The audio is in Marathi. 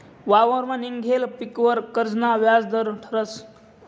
वावरमा निंघेल पीकवर कर्जना व्याज दर ठरस